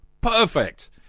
Perfect